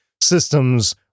systems